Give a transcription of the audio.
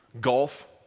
golf